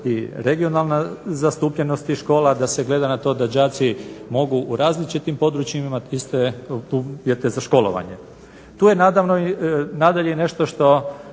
i regionalna zastupljenost tih škola, da se gleda na to da đaci mogu u različitim područjima imati iste uvjete za školovanje. Tu je nadalje i nešto što